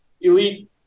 Elite